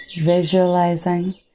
visualizing